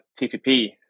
TPP